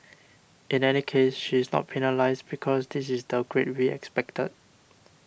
in any case she is not penalised because this is the grade we expected